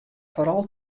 foaral